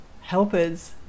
helpers